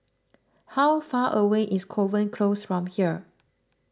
how far away is Kovan Close from here